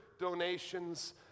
donations